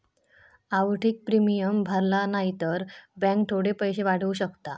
आवधिक प्रिमियम भरला न्हाई तर बॅन्क थोडे पैशे वाढवू शकता